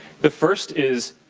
the first is,